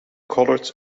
coloured